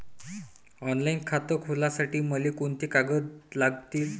Online खातं खोलासाठी मले कोंते कागद लागतील?